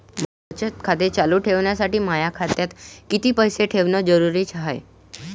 मले बचत खातं चालू ठेवासाठी माया खात्यात कितीक पैसे ठेवण जरुरीच हाय?